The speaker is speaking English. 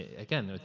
again,